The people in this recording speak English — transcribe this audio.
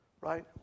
Right